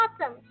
awesome